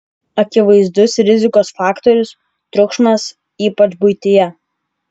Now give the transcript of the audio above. akivaizdus rizikos faktorius triukšmas ypač buityje